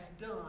done